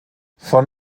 von